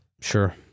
Sure